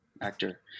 actor